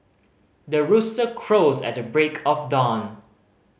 the rooster crows at the break of dawn